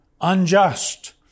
unjust